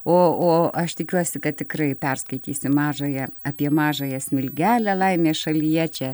o o aš tikiuosi kad tikrai perskaitysi mažąją apie mažąją smilgelę laimės šalyje čia